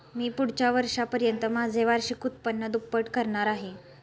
मी पुढच्या वर्षापर्यंत माझे वार्षिक उत्पन्न दुप्पट करणार आहे